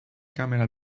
kamera